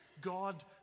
God